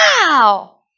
Wow